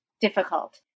difficult